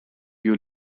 you